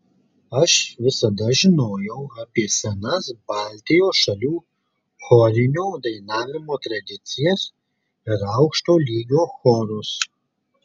aš visada žinojau apie senas baltijos šalių chorinio dainavimo tradicijas ir aukšto lygio chorus